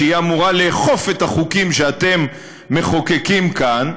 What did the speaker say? שהיא אמורה לאכוף את החוקים שאתם מחוקקים כאן,